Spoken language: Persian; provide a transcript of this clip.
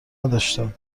نداشتم